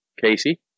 Casey